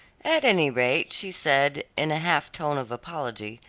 at any rate she said, in a half tone of apology,